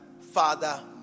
father